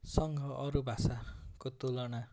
सँग अरू भाषाको तुलना